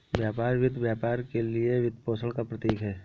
व्यापार वित्त व्यापार के लिए वित्तपोषण का प्रतीक है